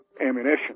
ammunition